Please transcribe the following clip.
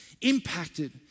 impacted